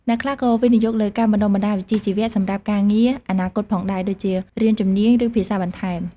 អ្នកខ្លះក៏វិនិយោគលើការបណ្ដុះបណ្ដាលវិជ្ជាជីវៈសម្រាប់ការងារអនាគតផងដែរ ដូចជារៀនជំនាញ ឬ ភាសាបន្ថែម។